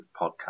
Podcast